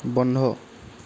বন্ধ